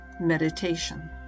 Meditation